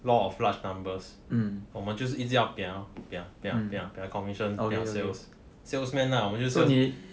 law of large numbers 我们就是一直要 pia pia pia pia commission 拿 sales sales salesman ah 我们就